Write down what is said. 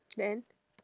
then